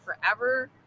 forever